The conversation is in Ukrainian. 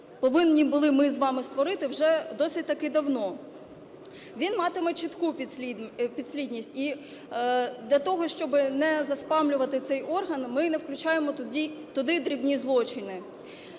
повинні були ми з вами створити вже досить-таки давно. Він матиме чітку підслідність і для того, щоби не заспамлювати цей орган, ми не включаємо туди дрібні злочини.